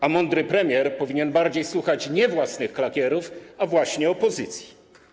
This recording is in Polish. A mądry premier powinien bardziej słuchać nie własnych klakierów, a właśnie opozycji.